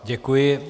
Děkuji.